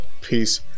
Peace